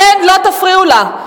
אתם לא תפריעו לה.